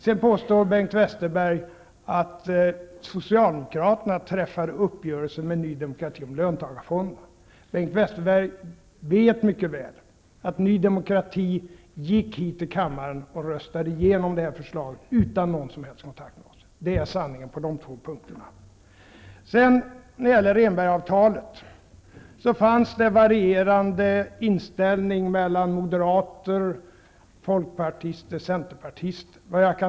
Jag tycker bara att det är pinsamt för Sedan påstod Bengt Westerberg att Westerberg vet mycket väl att Ny demokrati röstade igenom detta förslag utan att det hade förekommit någon som helst kontakt med oss. Det är sanningen på dessa två punkter. När det gäller Rehnbergavtalet var inställningen varierande mellan moderater, folkpartister och centerpartister.